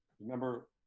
Remember